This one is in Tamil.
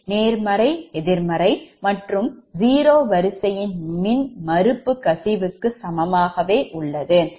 நேர்மறை எதிர்மறை மற்றும் மற்றும் 0 வரிசை ன் மின்மறுப்பு கசிவுக்கு சமமாகவே உள்ளது